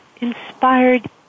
inspired